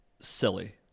silly